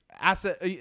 asset